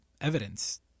evidence